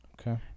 Okay